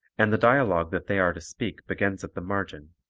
and the dialogue that they are to speak begins at the margin.